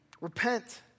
Repent